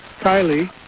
Kylie